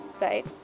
right